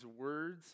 words